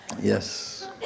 Yes